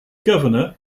governor